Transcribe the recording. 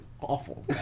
awful